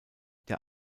der